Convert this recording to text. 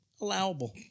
Allowable